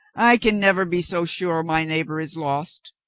i can never be so sure my neighbor is lost.